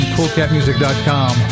CoolCatMusic.com